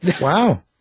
Wow